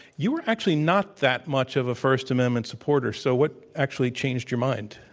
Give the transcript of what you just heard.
you were actually not that much of a first amendment supporter, so what actually changed your mind?